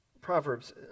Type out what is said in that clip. Proverbs